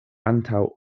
antaŭ